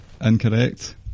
Incorrect